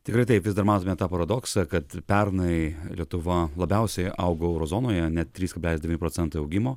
tikrai taip vis dar matome bet tą paradoksą kad pernai lietuva labiausiai augo euro zonoje net trys kablelis devynių procento augimo